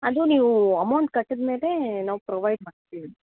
ಅದು ನೀವು ಅಮೌಂಟ್ ಕಟ್ಟಿದ್ ಮೇಲೆ ನಾವು ಪ್ರೊವೈಡ್ ಮಾಡ್ತೀವಿ